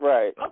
Right